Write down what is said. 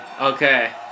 okay